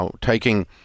taking